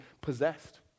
possessed